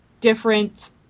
different